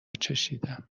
چشیدم